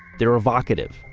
they're evocative,